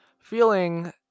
feeling